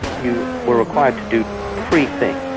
you were required to do three things,